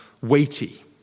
weighty